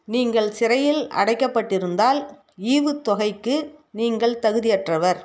நீங்கள் சிறையில் அடைக்கப்பட்டிருந்தால் ஈவுத்தொகைக்கு நீங்கள் தகுதியற்றவர்